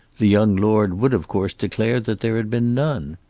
the young lord would of course declare that there had been none.